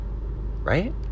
Right